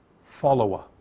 follower